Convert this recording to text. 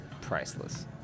priceless